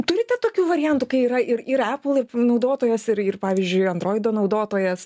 turite tokių variantų kai yra ir ir apple naudotojas ir pavyzdžiui androido naudotojas